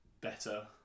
better